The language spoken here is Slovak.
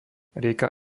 rieka